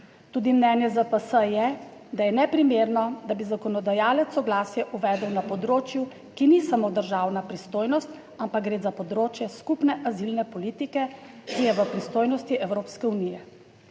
Tudi mnenje ZPS je, da je neprimerno, da bi zakonodajalec soglasje uvedel na področju, ki ni samo državna pristojnost, ampak gre za področje skupne azilne politike, ki je v pristojnosti Evropske unije.